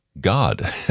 God